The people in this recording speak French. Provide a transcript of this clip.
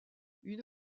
une